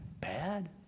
bad